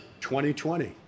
2020